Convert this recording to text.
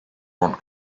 one